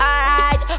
Alright